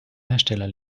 hersteller